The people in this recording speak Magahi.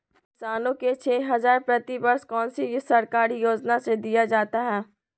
किसानों को छे हज़ार प्रति वर्ष कौन सी सरकारी योजना से दिया जाता है?